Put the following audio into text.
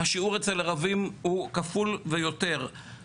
השיעור אצל ערבים הוא כפול ויותר.